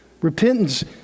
repentance